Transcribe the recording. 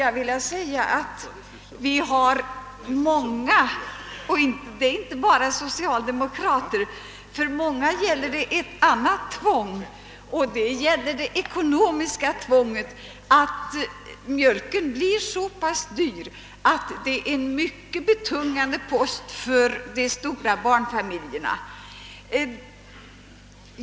Jag vill då säga att för många — det är inte bara socialdemokrater — gäller härvidlag det ekonomiska tvånget. Mjölken blir så pass dyr att den utgör en mycket betungande post för de stora barnfamiljerna.